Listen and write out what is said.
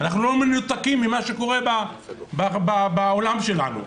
אנחנו לא מנותקים ממה שקורה בעולם שלנו,